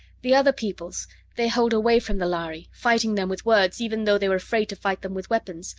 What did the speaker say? the other peoples they hold away from the lhari, fighting them with words even though they're afraid to fight them with weapons,